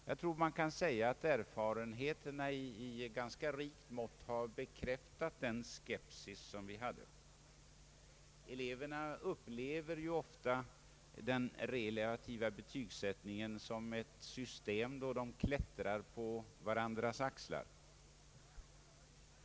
Jag tror att man kan säga att erfarenheterna i ganska rikt mått har bekräftat den skepsis som vi hyste. Eleverna upplever ju ofta den relativa betygsättningen som ett system där de klättrar på varandras axlar.